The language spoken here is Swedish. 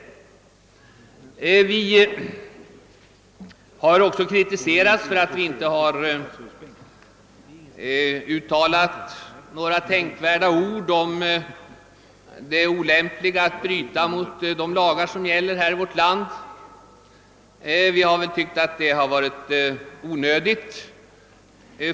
Vi har också kritiserats för att vi inte har uttalat några tänkvärda ord om det olämpliga i att bryta mot de lagar som gäller i vårt land. Vi har tyckt att det har varit onödigt.